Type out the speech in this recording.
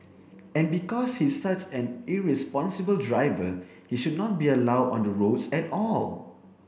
and because he's such an irresponsible driver he should not be allowed on the roads at all